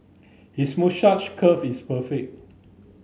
his moustache curl is perfect